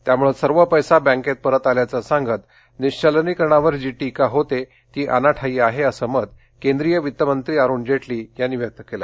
त्यामुळे सर्व पैसा बँकेत परत आल्याचं सांगत निश्चलनीकरणावर जी टीका होते ती अनाठायी आहे असं मत केंद्रीय वित्त मंत्री अरूण जेटली यांनी व्यक्त केलं आहे